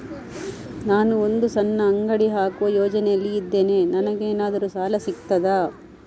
ನಾನು ಒಂದು ಸಣ್ಣ ಅಂಗಡಿ ಹಾಕುವ ಯೋಚನೆಯಲ್ಲಿ ಇದ್ದೇನೆ, ನನಗೇನಾದರೂ ಸಾಲ ಸಿಗ್ತದಾ?